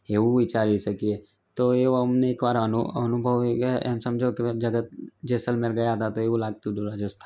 એવું વિચારી શકીએ તો એવો અમને એકવાર આનો અનુભવ એમ સમજો કે જગત જેસલમેર ગયા હતા તો એવું લાગતું હતું રાજસ્થાન